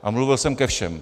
A mluvil jsem ke všem.